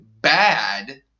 bad